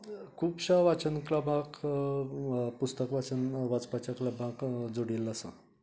खुबश्या वाचन क्लबाक पुस्तकां वाचन वाचपाच्या क्लबाक जोडिल्लो आसा